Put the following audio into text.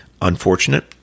unfortunate